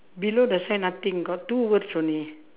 below the shine nothing got two words only